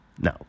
No